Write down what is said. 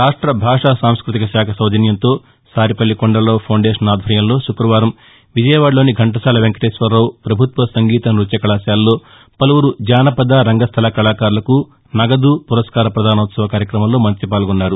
రాష్ట భాషా సాంస్మృతిక శాఖ సౌజన్యంతో సారిపల్లి కొండలరావు ఫౌండేషన్ ఆధ్వర్యంలో శుక్రవారం విజయవాడలోని ఘంటసాల వేంకటేశ్వరరావు ప్రభుత్వ సంగీత న్బత్య కళాశాలలో పలువురు జానపద రంగస్థల కళాకారులకు నగదు పురస్కార పదానోత్సవ కార్యక్రమంలో మంతి పాల్గొన్నారు